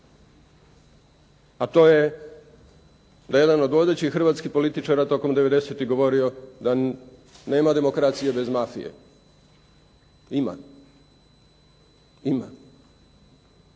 a to je da je jedan od vodećih hrvatskih političara tokom '90-tih govorio da nema demokracije bez mafije. Ima. Ima.